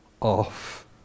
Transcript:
off